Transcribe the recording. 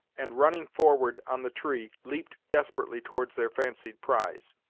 and running forward on the tree, leaped desperately towards their fancied prize.